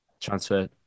transfer